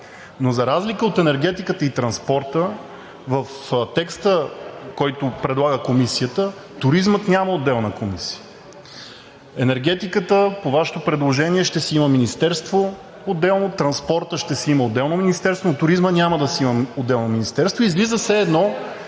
Но за разлика от енергетиката и транспорта, в текста, който предлага Комисията, туризмът няма отделна комисия. Енергетиката, по Вашето предложение, ще си има отделно министерство, транспортът ще си има отделно министерство, но туризмът няма да си има отделно министерство.